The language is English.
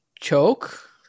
Choke